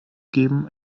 geben